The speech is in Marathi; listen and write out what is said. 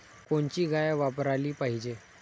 कोनची गाय वापराली पाहिजे?